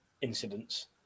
incidents